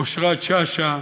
אושרת שאשא,